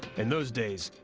and those days,